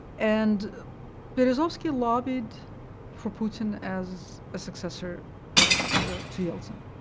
and berezovsky lobbied for putin as a successor to yeltsin.